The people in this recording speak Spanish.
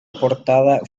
portada